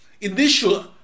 initial